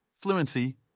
fluency